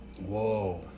Whoa